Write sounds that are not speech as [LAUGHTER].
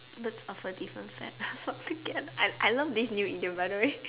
birds of a different feather flock together [LAUGHS] I I love this new idiom by the way [LAUGHS]